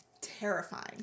Terrifying